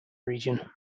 region